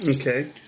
Okay